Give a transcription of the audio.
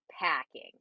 packing